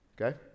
okay